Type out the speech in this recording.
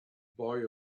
boy